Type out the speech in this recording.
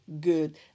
good